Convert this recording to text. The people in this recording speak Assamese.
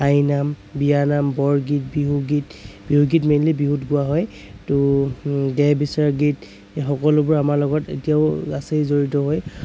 আইনাম বিয়ানাম বৰগীত বিহুগীত বিহুগীত মেইনলী বিহুত গোৱা হয় ত' দেহ বিচাৰ গীত সকলোবোৰ আমাৰ লগত এতিয়াও আছেই জড়িত হৈ